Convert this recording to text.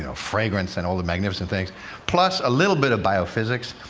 so fragrance and all the magnificent things plus a little bit of biophysics,